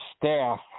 staff